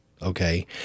Okay